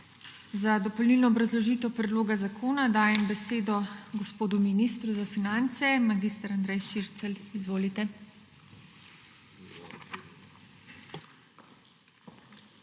Za dopolnilno obrazložitev predloga zakona dajem besedo gospodu ministru za finance mag. Andreju Širclju. **MAG.